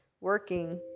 working